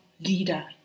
leader